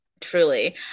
truly